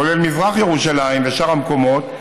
כולל מזרח ירושלים ושאר המקומות,